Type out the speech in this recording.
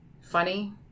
funny